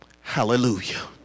Hallelujah